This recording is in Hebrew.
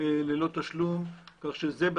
כמו